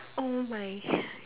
oh my